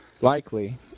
Likely